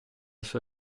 sua